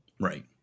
right